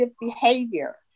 behavior